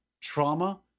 trauma